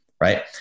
Right